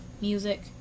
Music